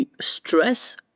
Stress